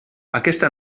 aquesta